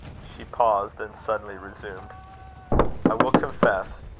she paused then suddenly resumed i will confess.